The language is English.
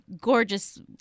gorgeous